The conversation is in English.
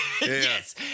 Yes